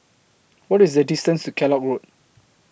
What IS The distance to Kellock Road